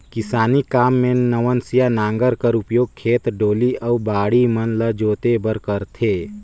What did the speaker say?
किसानी काम मे नवनसिया नांगर कर उपियोग खेत, डोली अउ बाड़ी मन ल जोते बर करथे